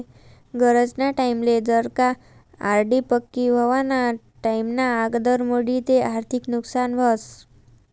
गरजना टाईमले जर का आर.डी पक्की व्हवाना टाईमना आगदर मोडी ते आर्थिक नुकसान व्हस